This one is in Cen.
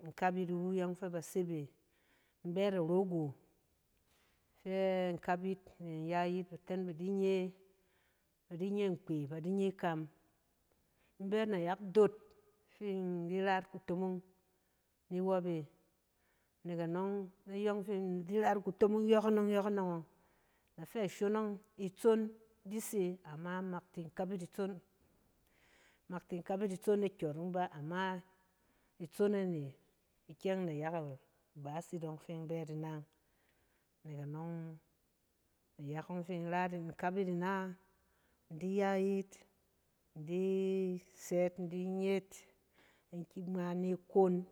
In kap yit yɔng fɛ ba sebe, in bɛ arogo fɛ in kap yit, in ya yit, ba ten ba di nye nkpwe, ba di nye ikam. in bɛ yit nayak doot fin in di ra yit kutomong ni wɔp e. Nek aɔng. ayɔng fi in di ra yit kutomong yɔkɔnɔng yɔkɔnɔng. Afɛ song ɔng, itsong di se ama ma tin di kap e itsong, ma tin kap yit itsong e kyɔrɔng bá, ama itsong e ne ikyɛng nayak ibaas yit ɔng fin in bɛ yit ina. Nɛk anɔng, nayak ɔng fi in ra, in kap e ina, in di ya yit, in di sɛ in di nye yit, ni ki ngma ni kon,